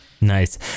Nice